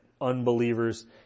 unbelievers